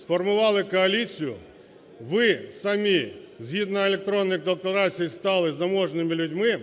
сформували коаліцію, ви самі згідно електронних декларацій стали заможними людьми,